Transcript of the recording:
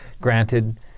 granted